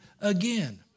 again